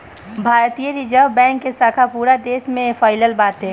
भारतीय reserve bank के शाखा पूरा देस में फइलल बाटे